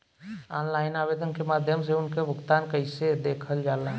Online आवेदन के माध्यम से उनके भुगतान कैसे देखल जाला?